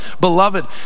Beloved